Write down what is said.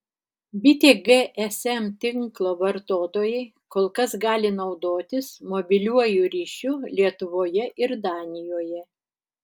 bitė gsm tinklo vartotojai kol kas gali naudotis mobiliuoju ryšiu lietuvoje ir danijoje